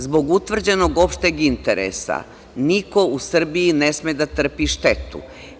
Zbog utvrđenog opšteg interesa niko u Srbiji ne sme da trpi štetu.